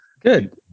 Good